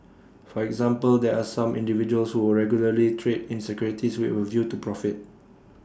for example there are some individuals who regularly trade in securities with A view to profit